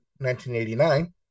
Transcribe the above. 1989